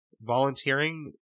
volunteering